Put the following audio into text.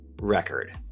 record